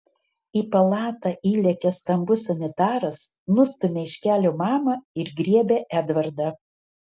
į palatą įlekia stambus sanitaras nustumia iš kelio mamą ir griebia edvardą